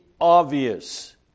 obvious